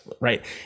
right